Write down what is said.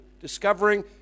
discovering